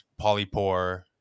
polypore